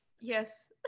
Yes